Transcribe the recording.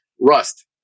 rust